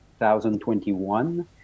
2021